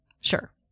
sure